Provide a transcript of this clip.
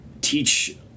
teach